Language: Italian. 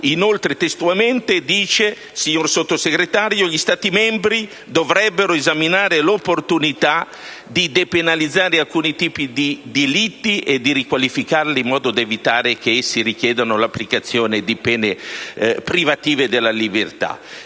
inoltre, testualmente dice, signor Sottosegretario: «Gli Stati membri dovrebbero esaminare l'opportunità di depenalizzare alcuni tipi di delitti o di riqualificarli in modo da evitare che essi richiedano l'applicazione di pene privative della libertà».